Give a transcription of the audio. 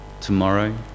tomorrow